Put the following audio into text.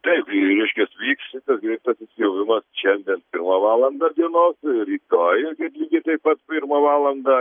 taip reiškias vyks šitas greitasis pjovimas šiandien pirmą valandą dienos rytoj irgi lygiai taip pat pirmą valandą